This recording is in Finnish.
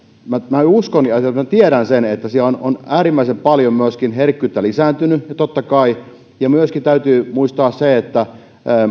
minä uskon ja itse asiassa minä tiedän sen että siellä on äärimmäisen paljon myöskin herkkyys lisääntynyt totta kai täytyy muistaa myöskin se että